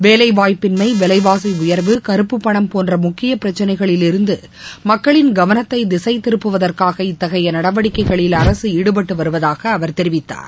வேலைவாய்ப்பின்மை விலைவாசி உயர்வு கருப்புப் பணம் போன்ற முக்கிய பிரச்சனைகளில் இருந்து மக்களின் கவனத்தை திசைதிருப்புவதற்னக இத்தகைய நடவடிக்கைகளில் அரசு ஈடுபட்டு வருவதாக அவர் தெரிவித்தார்